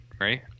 right